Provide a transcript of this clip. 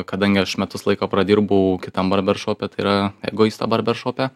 kadangi aš metus laiko pradirbau kitam barberšope tai yra egoisto barberšope